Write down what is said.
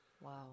Wow